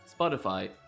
Spotify